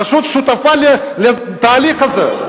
פשוט שותפה לתהליך הזה.